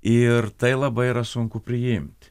ir tai labai yra sunku priimti